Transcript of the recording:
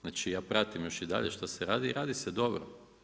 Znači ja pratim i dalje što se radi i radi se dobro.